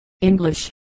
English